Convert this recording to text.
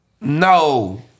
No